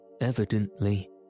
Evidently